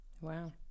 Wow